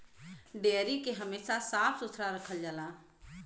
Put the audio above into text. dairy के हमेशा साफ सुथरा रखल जाला